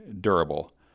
durable